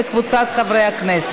ועוברת לוועדת הכלכלה להכנה לקריאה